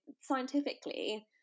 scientifically